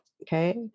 okay